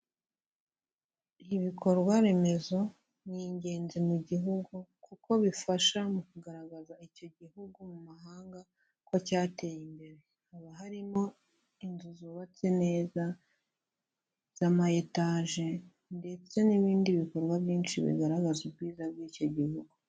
Ibikorwaremezo ni ingenzi mu gihugu kuko bifasha mu kugaragaza icyo gihugu mu mahanga ko cyateye imbere, haba harimo inzu zubatse neza z'amayetaje ndetse n'ibindi bikorwa byinshi bigaragaza ubwiza bw'icyo gihugu.